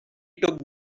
took